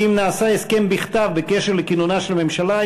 כי אם נעשה הסכם בכתב בקשר לכינונה של ממשלה,